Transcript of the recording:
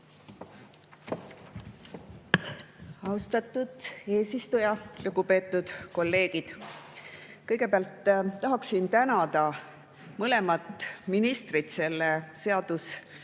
Austatud eesistuja! Lugupeetud kolleegid! Kõigepealt tahaksin tänada mõlemat ministrit selle seaduseelnõu